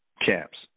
camps